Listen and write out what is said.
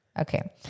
okay